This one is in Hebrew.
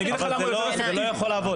אבל זאת יכולה להיות התקדמות לעכשיו.